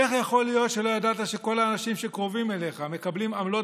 איך יכול להיות שלא ידעת שכל האנשים שקרובים אליך מקבלים עמלות